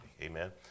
Amen